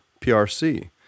PRC